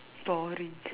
sorry